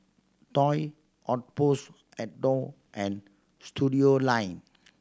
Toy Outpost Adore and Studioline